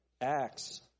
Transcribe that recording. Acts